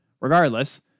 Regardless